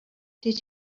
did